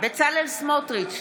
בצלאל סמוטריץ'